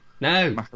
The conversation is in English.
No